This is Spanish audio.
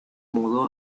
mudó